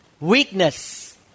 weakness